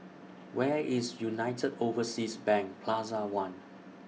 Where IS United Overseas Bank Plaza one